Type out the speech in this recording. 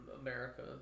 America